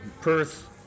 Perth